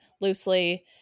loosely